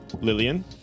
Lillian